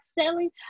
selling